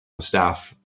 staff